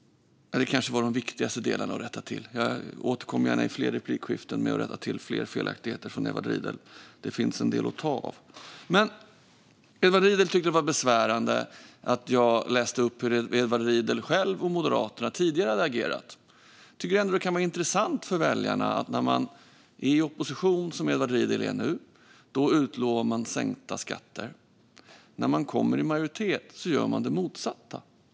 Det kanske var de viktigaste delarna att rätta till. Jag återkommer gärna i fler replikskiften med att rätta till fler felaktigheter från Edward Riedl. Det finns en del att ta av. Edward Riedl tyckte att det var besvärande att jag återgav hur Edward Riedl själv och Moderaterna har agerat tidigare. Jag tycker ändå att det kan vara intressant för väljarna att höra att när man är i opposition, som Edward Riedl är nu, utlovar man sänkta skatter. När man kommer i majoritet gör man det motsatta.